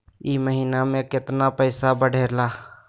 ई महीना मे कतना पैसवा बढ़लेया?